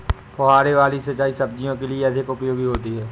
फुहारे वाली सिंचाई सब्जियों के लिए अधिक उपयोगी होती है?